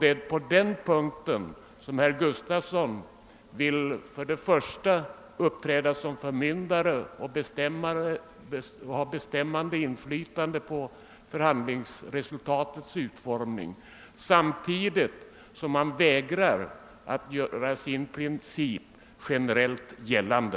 Det är på den punkten herr Gustavsson vill uppträda som förmyndare och ha bestämmande inflytande på förhandlingsresultatets utformning, samtidigt som han vägrar att göra sin princip generellt gällande.